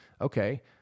Okay